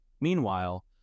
Meanwhile